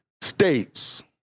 States